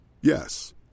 Yes